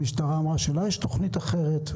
המשטרה אמרה שלה יש תוכנית אחרת,